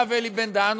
הרב אלי בן-דהן,